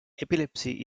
epilepsy